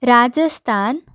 Rajasthan